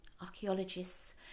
archaeologists